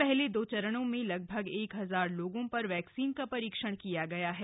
पहले दो चरणों में लगभग एक हजार लोगों पर वैक्सीन का परीक्षण किया गया है